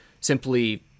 simply